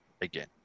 again